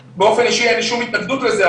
באופן אישי אין לי שום התנגדות לזה,